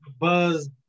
buzz